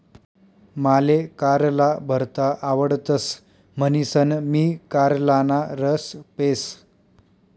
माले कारला भरता आवडतस म्हणीसन मी कारलाना रस पेस